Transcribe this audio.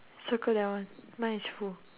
circle that one mine is full